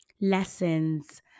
lessons